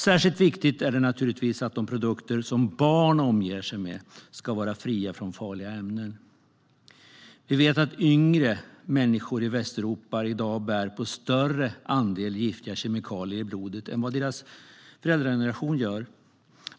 Särskilt viktigt är det naturligtvis att de produkter som barn omger sig med ska vara fria från farliga ämnen. Vi vet att yngre människor i Västeuropa i dag bär på en större andel giftiga kemikalier i blodet än vad deras föräldrageneration gör.